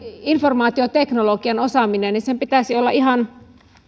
informaatioteknologian osaamisen pitäisi olla ihan